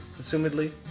Assumedly